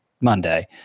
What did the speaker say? Monday